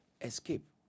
escape